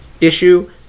issue